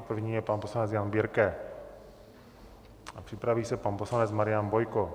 První je pan poslanec Jan Birke a připraví se pan poslanec Marian Bojko.